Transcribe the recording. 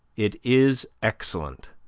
it is excellent,